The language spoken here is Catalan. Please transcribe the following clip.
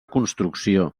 construcció